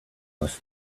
must